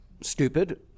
stupid